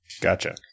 Gotcha